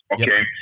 okay